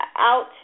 out